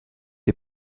est